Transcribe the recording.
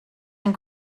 and